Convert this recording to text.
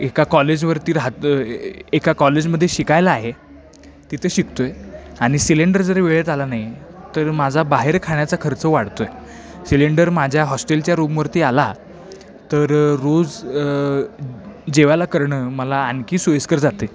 एका कॉलेजवरती राहत एका कॉलेजमध्ये शिकायला आहे तिथं शिकतो आहे आणि सिलेंडर जर वेळेत आला नाही तर माझा बाहेर खाण्याचा खर्च वाढतो आहे सिलेंडर माझ्या हॉस्टेलच्या रूमवरती आला तर रोज जेवायला करणं मला आणखी सोयीस्कर जातं आहे